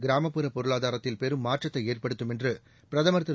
கிராமப்புற பொருளாதாரத்தில் பெரும் மாற்றத்தை ஏற்படுத்தும் என்று பிரதமர் கிரு